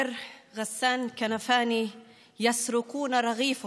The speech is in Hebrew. אומר ע'סאן כנאפני: (אומרת בערבית